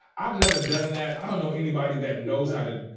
i've never done that, i don't know anybody that knows how to